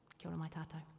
kia-ora-matata